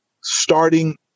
starting